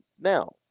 Now